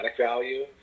value